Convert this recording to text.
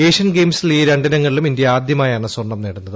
Asian ഗെയിംസിൽ ഈ രണ്ടിനങ്ങളിലും ഇന്ത്യ ആദ്യമായാണ് സ്വർണ്ണം നേടുന്നത്